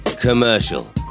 commercial